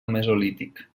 mesolític